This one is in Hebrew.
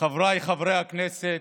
חבריי חברי הכנסת,